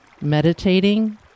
Meditating